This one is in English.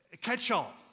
catch-all